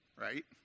right